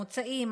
המוצאים,